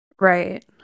Right